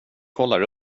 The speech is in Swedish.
kollar